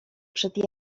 przed